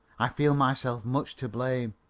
i feel myself much to blame.